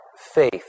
faith